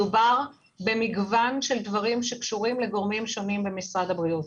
מדובר במגוון של דברים שקשורים לגורמים שונים במשרד הבריאות,